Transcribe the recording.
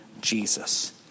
Jesus